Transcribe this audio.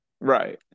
Right